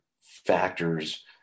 factors